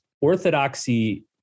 Orthodoxy